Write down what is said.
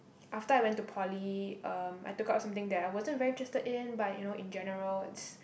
after I went to Poly um I took up something there I wasn't very interested in but you know in general it's